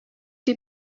die